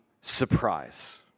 surprise